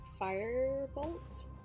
firebolt